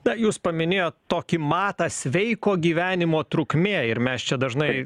na jūs paminėjot tokį matą sveiko gyvenimo trukmė ir mes čia dažnai